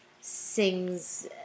sings